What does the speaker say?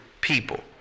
people